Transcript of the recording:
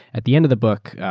at the end of the book,